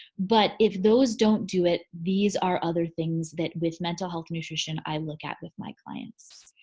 but if those don't do it, these are other things that with mental health nutrition i look at with my clients.